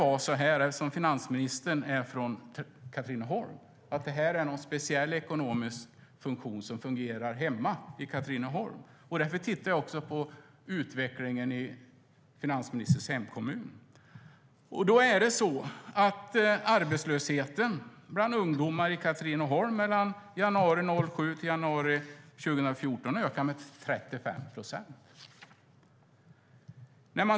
Men då tänkte jag så här: Finansministern är från Katrineholm. Det kan ju vara så att det här är någon speciell ekonomisk funktion som fungerar hemma i Katrineholm. Därför tittade jag också på utvecklingen i finansministerns hemkommun. Arbetslösheten bland ungdomar i Katrineholm ökade mellan januari 2007 och januari 2014 med 35 procent.